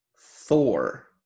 Thor